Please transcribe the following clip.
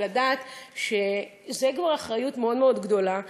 זה לדעת שזאת כבר אחריות מאוד מאוד גדולה.